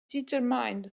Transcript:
determined